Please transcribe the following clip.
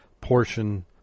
portion